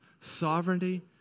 sovereignty